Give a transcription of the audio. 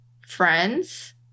friends